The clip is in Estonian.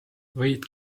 võid